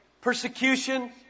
Persecution